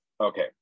okay